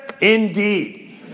Indeed